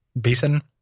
basin